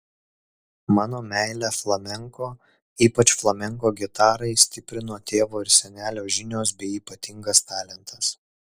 mano meilę flamenko ypač flamenko gitarai stiprino tėvo ir senelio žinios bei ypatingas talentas